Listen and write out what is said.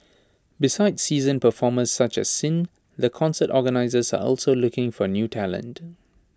besides seasoned performers such as sin the concert organisers are also looking for new talent